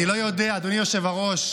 אדוני היושב-ראש,